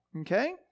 Okay